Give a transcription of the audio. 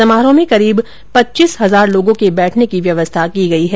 समारोह में करीब पच्चीस हजार लोगों के बैठने की व्यवस्था की गई है